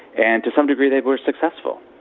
and to some degree they were successful.